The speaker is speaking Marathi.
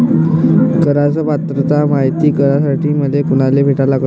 कराच पात्रता मायती करासाठी मले कोनाले भेटा लागन?